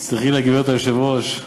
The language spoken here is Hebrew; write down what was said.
תסלחי לי, גברתי היושבת-ראש,